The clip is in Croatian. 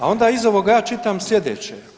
A onda iz ovoga ja čitam slijedeće.